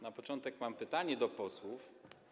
Na początek mam pytanie do posłów.